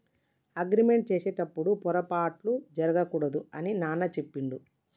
agreement చేసేటప్పుడు పొరపాట్లు జరగకూడదు అని నాన్న చెప్పిండు